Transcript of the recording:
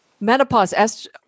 menopause